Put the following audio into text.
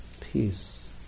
peace